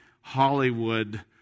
Hollywood